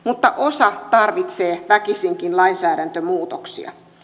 mutta osa tarvitsee väkisinkin lainsäädäntömuutoksia